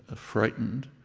ah frightened,